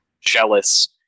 jealous